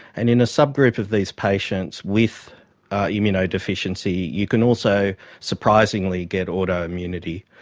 and in a subgroup of these patients with immunodeficiency you can also surprisingly get autoimmunity.